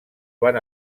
van